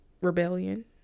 rebellion